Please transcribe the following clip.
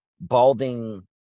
Balding